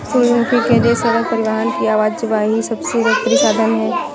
सूरजमुखी के लिए सड़क परिवहन की आवाजाही सबसे लोकप्रिय साधन है